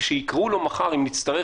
כי כשיקראו לו מחר אם נצטרך,